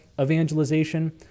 evangelization